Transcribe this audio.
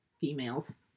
females